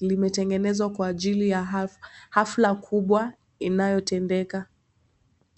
limetengenezwa kwa ajili ya hafla kubwa inayotendeka.